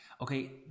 Okay